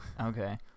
Okay